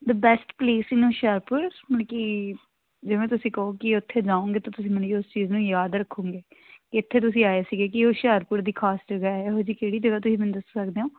the best place in Hoshiarpur ਮਤਲਬ ਕਿ ਜਿਵੇਂ ਤੁਸੀਂ ਕਹੋ ਕਿ ਉੱਥੇ ਜਾਓਂਗੇ ਤਾਂ ਤੁਸੀਂ ਮਤਲਬ ਕਿ ਉਸ ਚੀਜ਼ ਨੂੰ ਯਾਦ ਰੱਖੋਗੇ ਕਿ ਇੱਥੇ ਤੁਸੀਂ ਆਏ ਸੀਗੇ ਹੁਸ਼ਿਆਰਪੁਰ ਦੀ ਖ਼ਾਸ ਜਗ੍ਹਾ ਹੈ ਇਹੋ ਜਿਹੀ ਕਿਹੜੀ ਜਗ੍ਹਾ ਤੁਸੀਂ ਮੈਨੂੰ ਦੱਸ ਸਕਦੇ ਹੋ